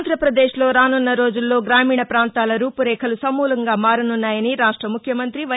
ఆంధ్రపదేశ్లో రాసున్న రోజుల్లో గ్రామీణ ప్రాంతాల రూపు రేఖలు సమూలంగా మారసున్నాయని రాష్ట ముఖ్యమంత్రి వై